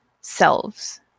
selves